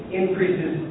increases